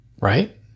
right